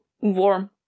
warm